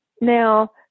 Now